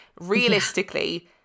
Realistically